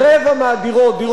דירות של דיור ציבורי,